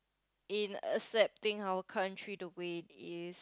in accepting our country the way it is